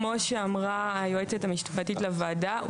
כפי שאמרה היועצת המשפטית לוועדה,